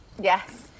Yes